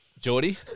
Geordie